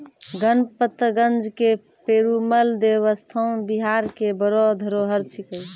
गणपतगंज के पेरूमल देवस्थान बिहार के बड़ो धरोहर छिकै